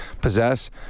possess